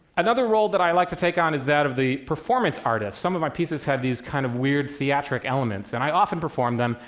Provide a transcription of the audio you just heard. another role that i like to take on is that of the performance artist. some of my pieces have these kind of weird theatric elements, and i often perform them.